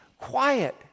quiet